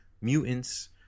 Mutants